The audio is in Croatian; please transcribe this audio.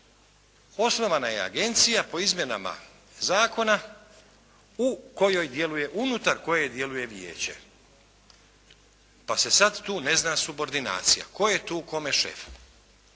osnovana je agencija po izmjenama zakona unutar koje djeluje vijeće pa se sad tu ne zna subordinacija, tko je tu kome šef.